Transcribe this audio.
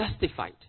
justified